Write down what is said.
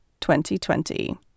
2020